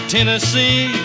Tennessee